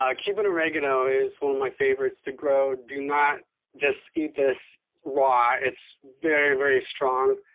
ah cuban oregano is one of my favorites to grow. do not just eat this raw it's very very strong,